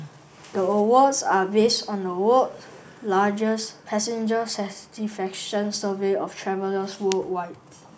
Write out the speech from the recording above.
the awards are based on the world's largest passenger satisfaction survey of travellers worldwide